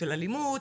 של אלימות,